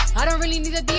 i don't really need the